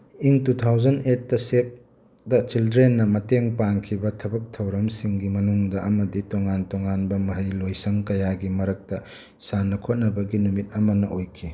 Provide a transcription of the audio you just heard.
ꯏꯪ two thousand ꯑꯦꯠꯇ save the ꯆꯤꯜꯗ꯭ꯔꯦꯟꯅ ꯃꯇꯦꯡ ꯄꯥꯡꯈꯤꯕ ꯊꯕꯛ ꯊꯧꯔꯝꯁꯤꯡꯒꯤ ꯃꯅꯨꯡꯗ ꯑꯃꯗꯤ ꯇꯣꯉꯥꯟ ꯇꯣꯉꯥꯟꯕ ꯃꯍꯩ ꯂꯣꯏꯁꯪ ꯀꯌꯥꯒꯤ ꯃꯔꯛꯇ ꯁꯥꯟꯅ ꯈꯣꯠꯅꯕꯒꯤ ꯅꯨꯃꯤꯠ ꯑꯃꯅ ꯑꯣꯏꯈꯤ